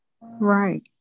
Right